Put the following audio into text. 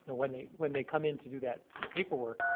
when they when they come in to do that paperwork,